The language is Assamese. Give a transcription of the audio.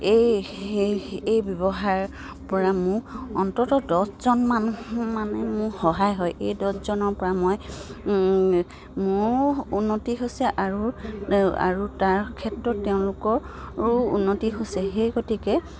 এই এই এই ব্যৱসায়ৰপৰা মোৰ অন্ততঃ দহজন মানুহ মানে মোৰ সহায় হয় এই দহজনৰপৰা মই মোৰো উন্নতি হৈছে আৰু আৰু তাৰ ক্ষেত্ৰত তেওঁলোকৰো উন্নতি হৈছে সেই গতিকে